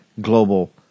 global